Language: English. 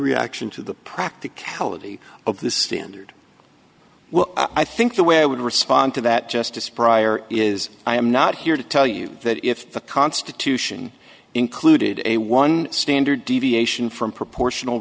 reaction to the practicality of the standard well i think the way i would respond to that justice prior is i am not here to tell you that if the constitution included a one standard deviation from proportional